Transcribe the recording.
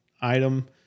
item